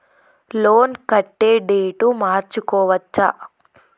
Loan కట్టే date మార్చుకోవచ్చా?